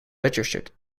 registered